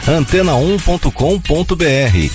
antena1.com.br